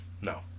No